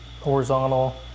horizontal